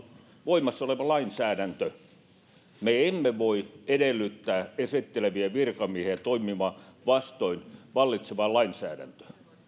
voimassa oleva lainsäädäntö me emme voi edellyttää esittelevien virkamiehien toimivan vastoin vallitsevaa lainsäädäntöä